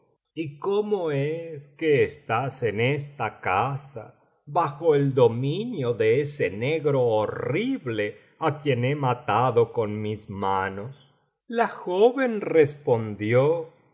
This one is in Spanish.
y cómo es que estás en esta casa bajo el dominio de ese negro horrible á quien he matado con mis manos la joven respondió